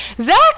Zach